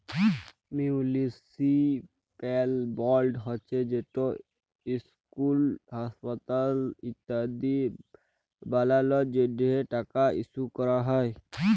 municipal board হছে যেট school, হাঁসপাতাল ইত্যাদি বালালর জ্যনহে টাকা ইস্যু ক্যরা হ্যয়